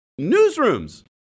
Newsrooms